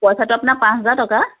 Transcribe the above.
পইচাটো আপোনাৰ পাঁচ হাজাৰ টকা